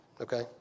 Okay